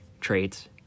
traits